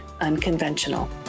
unconventional